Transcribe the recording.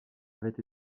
avait